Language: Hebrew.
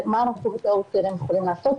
מה אנחנו בתור סטודנטים יכולים לעשות.